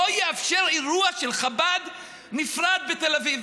לא יאפשר אירוע נפרד של חב"ד בתל אביב.